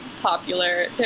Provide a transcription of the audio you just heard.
popular